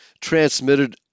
transmitted